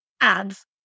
ads